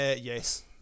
yes